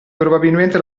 probabilmente